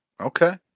Okay